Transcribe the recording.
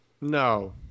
No